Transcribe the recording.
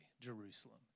Jerusalem